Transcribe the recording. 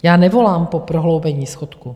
Já nevolám po prohloubení schodku.